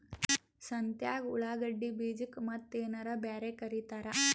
ಸಂತ್ಯಾಗ ಉಳ್ಳಾಗಡ್ಡಿ ಬೀಜಕ್ಕ ಮತ್ತೇನರ ಬ್ಯಾರೆ ಕರಿತಾರ?